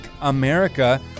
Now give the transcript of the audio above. America